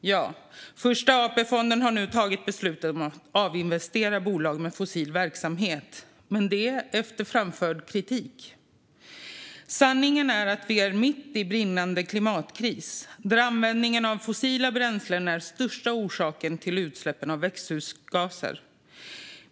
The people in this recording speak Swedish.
Ja, Första AP-fonden har nu fattat beslut om att avinvestera i bolag med fossil verksamhet, men det efter framförd kritik. Sanningen är att vi är mitt i en brinnande klimatkris, där användningen av fossila bränslen är största orsaken till utsläppen av växthusgaser.